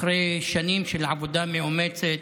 אחרי שנים של עבודה מאומצת,